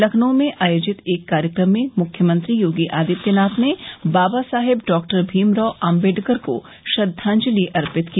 लखनऊ में आयोजित एक कार्यक्रम में मुख्यमंत्री योगी आदित्यनाथ ने बाबा साहेब डॉक्टर भीमराव आम्बेडकर को श्रद्धांजलि अर्पित की